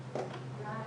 הבריאות.